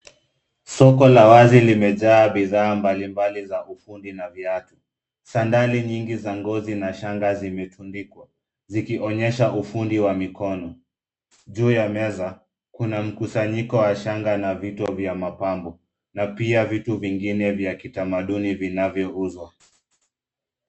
Soko la wazi limejaa bidhaa mbalimbali za ufundi na viatu. Sandali nyingi za ngozi na shanga zimetundikwa zikionyesha ufundi wa mikono. Juu ya meza, kuna mkusanyiko wa shanga na vitu vya mapambo na pia vitu vingine vya kitamaduni vinavyouzwa.